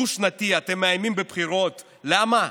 דו-שנתי, אתם מאיימים בבחירות, למה?